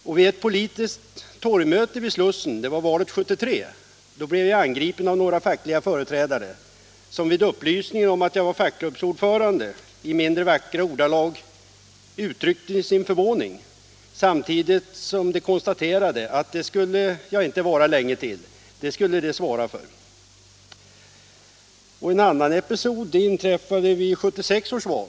Under ett politiskt torgmöte vid Slussen i valrörelsen 1973 blev jag angripen av några fackliga företrädare som vid upplysningen att jag var fackklubbsordförande i mindre vackra ordalag uttryckte sin förvåning samtidigt som de konstaterade att det skulle jag inte vara länge till = Nr 87 det skulle de svara för. Onsdagen den En annan episod inträffade vid 1976 års val.